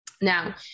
Now